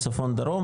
מצפון דרום,